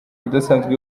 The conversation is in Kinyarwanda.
idasanzwe